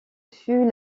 fut